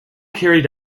carried